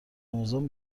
آموزان